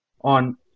on